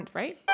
right